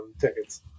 tickets